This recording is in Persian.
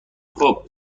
خوب